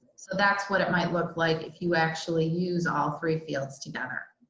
so that's what it might look like if you actually use all three fields together.